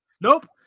Nope